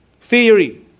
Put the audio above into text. theory